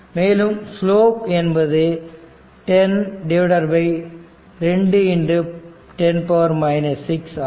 மேலும் ஸ்லோப் என்பது 10210 6 ஆகும்